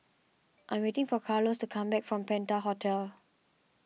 I am waiting for Carlos to come back from Penta Hotel